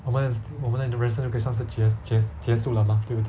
我们的我们的人生就可以算是结结结束了 mah 对不对